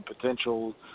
potential